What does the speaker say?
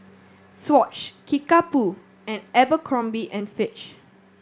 Swatch Kickapoo and Abercrombie and Fitch